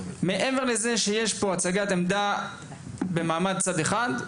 מעבר לזה שיש פה הצגת עמדה במעמד צד אחד,